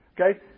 Okay